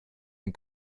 den